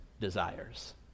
desires